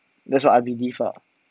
that's what I believe ah